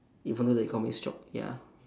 even though the economy is drop~ ya